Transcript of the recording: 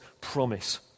promise